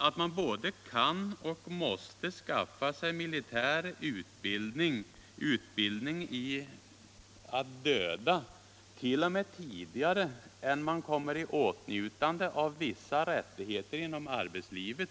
Att man både kan och måste skaffa sig militär utbildning, utbildning i att döda, t.o.m. tidigare än man kommer i åtnjutande av vissa rättigheter inom arbetslivet